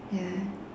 ya